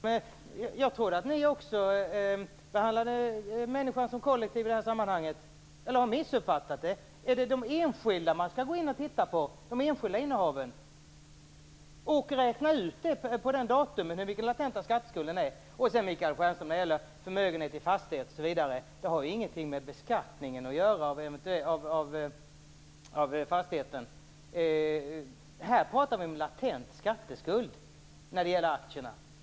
Herr talman! Jag trodde att ni också behandlade människorna som kollektiv i det här sammanhanget. Har jag missuppfattat det? Är det de enskilda man skall gå in och titta på, de enskilda innehaven, och räkna ut hur mycket den latenta skatteskulden är på det datumet? Sedan, Michael Stjernström, vill jag säga något om förmögenhet i fastighet osv. Detta har ju inget med beskattningen av fastigheter att göra. Här pratar vi om latent skatteskuld när det gäller aktierna.